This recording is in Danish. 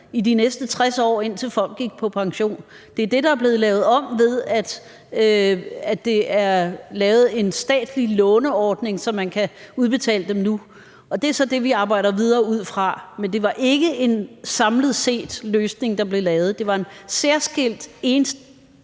i de næste 60 år, indtil folk gik på pension. Det er det, der er blevet lavet om, ved at der er blevet lavet en statslig låneordning, så man kan udbetale dem nu. Det er så det, vi arbejder videre ud fra. Men det var ikke en »samlet set«-løsning, der blev lavet; det var et enigt